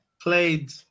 played